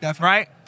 right